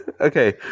Okay